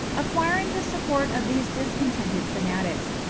acquiring the support of these discontented fanatics,